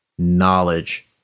knowledge